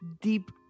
deep